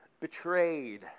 betrayed